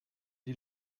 die